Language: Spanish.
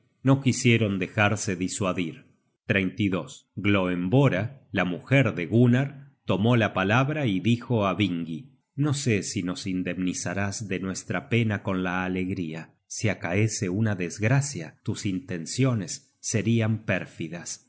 no quisieron dejarse disuadir gloemvora la mujer de gunnar tomó la palabra y dijo á vingi no sé si nos indemnizarás de nuestra pena con la alegría si acaece una desgracia tus intenciones serian pérfidas